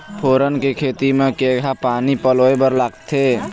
फोरन के खेती म केघा पानी पलोए बर लागथे?